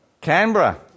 Canberra